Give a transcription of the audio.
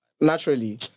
naturally